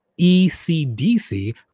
ECDC